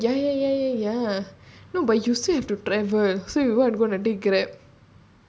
no ya ya ya ya ya no but you still have to travel so you what going to take grab